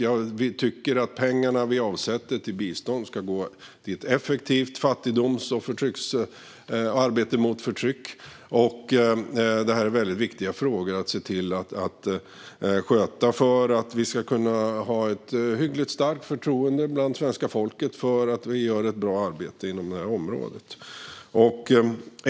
Vi tycker att de pengar vi avsätter för bistånd ska gå till ett effektivt arbete mot fattigdom och förtryck. Detta är viktiga frågor att sköta för att vi ska kunna ha ett hyggligt starkt förtroende bland svenska folket för att vi gör ett bra arbete på det området.